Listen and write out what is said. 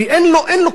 אין לו, אין לו כלום.